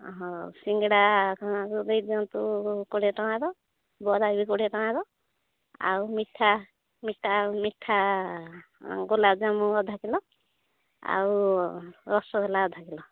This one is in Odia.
ହ ସିଙ୍ଗେଡ଼ା ଖାଇବାକୁ ଦେଇ ଦିଅନ୍ତୁ କୋଡ଼ିଏ ଟଙ୍କାର ବରା ବି କୋଡ଼ିଏ ଚଙ୍କାର ଆଉ ମିଠା ମିଠା ମିଠା ଗୋଲାପଜାମୁ ଅଧ କିଲୋ ଆଉ ରସଗୋଲା ଅଧ କିଲୋ